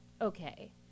okay